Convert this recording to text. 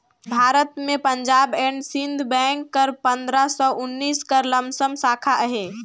भारत में Punjab and Sind bank कर पंदरा सव उन्सठ कर लमसम साखा अहे